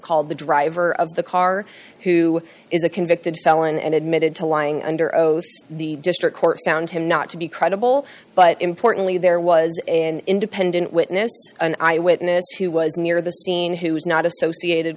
called the driver of the car who is a convicted felon and admitted to lying under oath the district court found him not to be credible but importantly there was an independent witness an eyewitness who was near the scene who is not associated